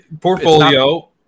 portfolio